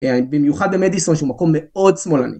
במיוחד במדיסון שהוא מקום מאוד שמאלני.